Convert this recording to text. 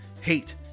hate